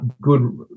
Good